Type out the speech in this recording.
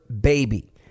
baby